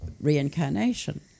reincarnation